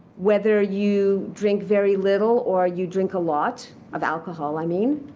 whether you drink very little or you drink a lot of alcohol, i mean.